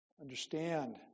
Understand